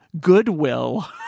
goodwill